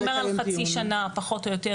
זה אומר חצי שנה פחות או יותר,